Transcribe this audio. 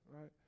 right